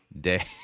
day